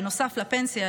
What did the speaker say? בנוסף לפנסיה,